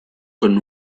con